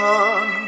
on